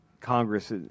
Congress